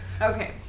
Okay